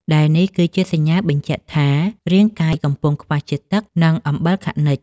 ដែលនេះគឺជាសញ្ញាបញ្ជាក់ថា រាងកាយកំពុងខ្វះជាតិទឹក និងអំបិលខនិជ។